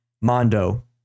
Mondo